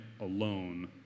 alone